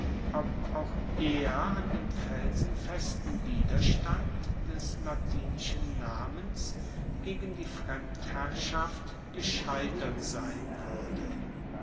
auch er an dem felsenfesten widerstand des latinischen namens gegen die fremdherrschaft gescheitert sein wuerde